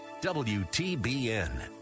WTBN